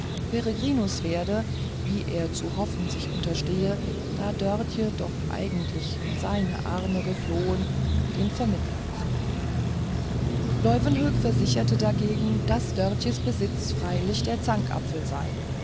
peregrinus werde wie er zu hoffen sich unterstehe da dörtje doch eigentlich in seine arme geflohen den vermittler machen leuwenhoek versicherte dagegen daß dörtjes besitz freilich der zankapfel sei